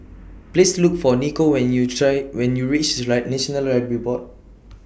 Please Look For Nico when YOU when YOU REACH National Library Board